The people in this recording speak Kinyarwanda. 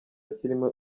kirimo